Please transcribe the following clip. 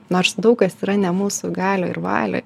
nors daug kas yra ne mūsų galioj ir valioj